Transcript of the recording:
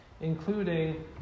including